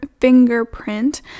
fingerprint